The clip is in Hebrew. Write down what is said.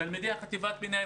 תלמידי חטיבת הביניים,